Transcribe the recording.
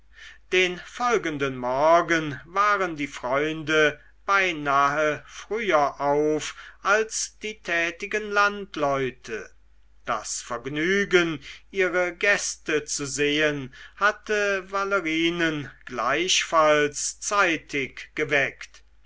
den folgenden morgen waren die freunde beinahe früher auf als die tätigen landleute das vergnügen ihre gäste zu sehen hatte valerinen gleichfalls zeitig geweckt